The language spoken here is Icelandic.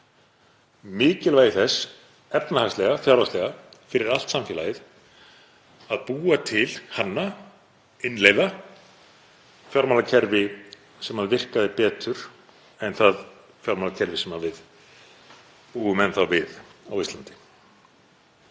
mikilvægi þess efnahagslega og fjárhagslega fyrir allt samfélagið, að búa til, hanna, innleiða fjármálakerfi sem virkar betur en það fjármálakerfi sem við búum enn þá við á Íslandi.